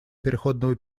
переходного